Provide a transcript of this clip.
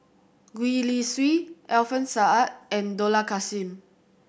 Gwee Li Sui Alfian Sa'at and Dollah Kassim